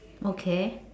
okay